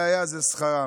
והיה זה שכרם.